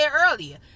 earlier